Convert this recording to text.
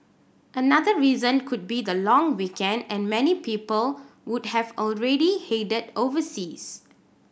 another reason could be the long weekend and many people would have already headed overseas